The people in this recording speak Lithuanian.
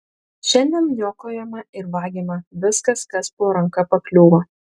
šiandien niokojama ir vagiama visa kas po ranka pakliūva